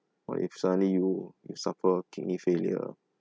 what if suddenly you you suffer kidney failure